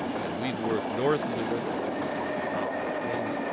and we've worked north of the river, which is towards the top of the screen,